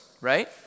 Right